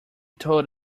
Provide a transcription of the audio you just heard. told